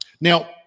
Now